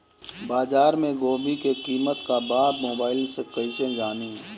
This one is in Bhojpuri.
बाजार में गोभी के कीमत का बा मोबाइल से कइसे जानी?